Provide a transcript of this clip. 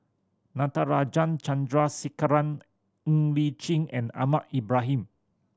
Natarajan Chandrasekaran Ng Li Chin and Ahmad Ibrahim